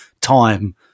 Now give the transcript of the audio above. time